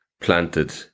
planted